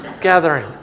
gathering